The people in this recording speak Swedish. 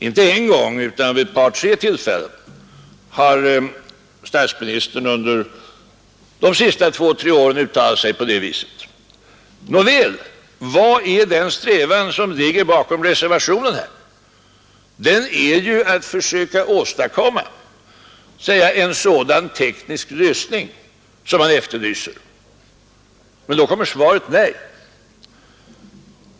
Inte en gång utan vid ett par tre tillfällen har statsministern under de senaste två tre åren uttalat sig på det viset. Nåväl, vad är strävan som ligger bakom reservationen? Den är ju att försöka åstadkomma en sådan teknisk lösning som han efterlyser: Men då blir svaret nej!